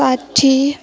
साठी